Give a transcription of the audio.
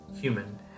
human